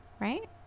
right